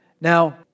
Now